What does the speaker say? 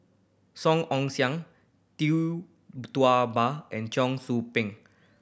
Song Ong Siang Tee Ba and Cheong Soo Pieng